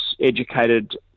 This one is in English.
educated